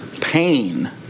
pain